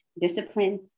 discipline